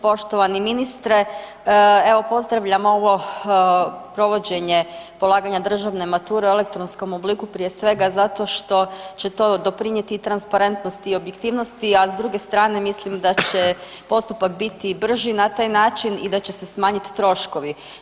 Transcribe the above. Poštovani ministre, evo pozdravljam ovo provođenje polaganja državne mature u elektronskom obliku prije svega zato što će to doprinijeti i transparentnosti i objektivnosti, a s druge strane mislim da će postupak biti brži na taj način i da će se smanjit troškovi.